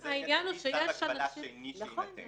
שזה יהיה לפי צו הגבלה שני שיינתן.